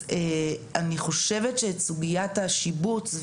אני חושבת שאת סוגיית השיבוץ,